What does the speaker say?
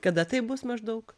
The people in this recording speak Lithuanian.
kada tai bus maždaug